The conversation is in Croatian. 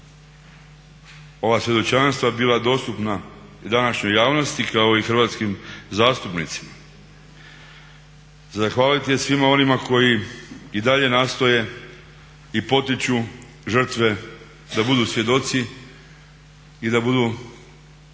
ova svjedočanstva bila dostupna i današnjoj javnosti kao i hrvatskim zastupnicima. Za zahvaliti je svima onima koji i dalje nastoje i potiču žrtve da budu svjedoci i da budu